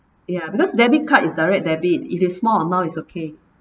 ya because debit card is direct debit if it's small amount it's okay